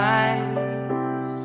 eyes